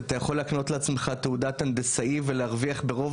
אתה יכול להקנות לעצמך תעודת הנדסאי ולהרוויח ברוב